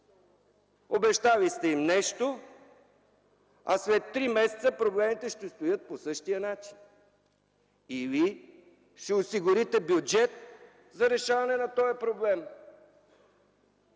Обещали сте им нещо, а след три месеца проблемите ще стоят по същия начин или ще осигурите бюджет за решаване на този проблем?